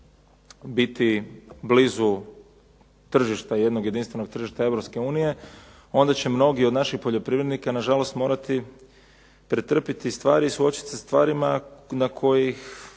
biti blizu tržišta, jednog jedinstvenog tržišta Europske unije onda će mnogi od naših poljoprivrednika nažalost morati pretrpjeti stvari i suočit se sa stvarima na koje